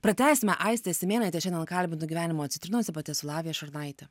pratęsime aistę simėnaitę šiandien kalbinu gyvenimo citrinose pati esu lavija šurnaitė